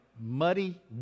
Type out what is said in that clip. muddy